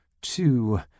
two